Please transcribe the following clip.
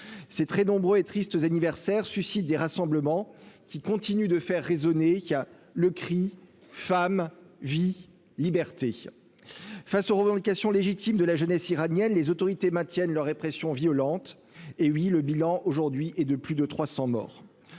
c'est très nombreux et triste anniversaire suscite des rassemblements qui continue de faire résonner qui a le cri femme vie liberté face aux revendications légitimes de la jeunesse iranienne, les autorités maintiennent leur répression violente hé oui le bilan aujourd'hui et de plus de 300 morts